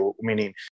meaning